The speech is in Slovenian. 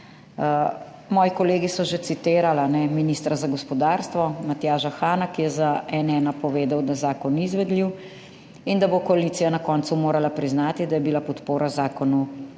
Moji kolegi so že citirali ministra za gospodarstvo, Matjaža Hana, ki je za N1 povedal, da zakon ni izvedljiv, in da bo koalicija na koncu morala priznati, da je bila podpora zakonu